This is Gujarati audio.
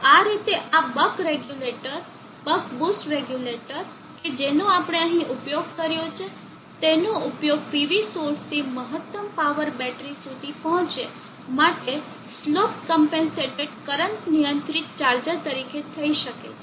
તો આ રીતે આ buck regulator buck boost regulator કે જેનો આપણે અહીં ઉપયોગ કર્યો છે તેનો ઉપયોગ PV સોર્સથી મહત્તમ પાવર બેટરી સુધી પહોંચે માટે સ્લોપ ક્મ્પેન્સેટેડ કરંટ નિયંત્રિત ચાર્જર તરીકે થઈ શકે છે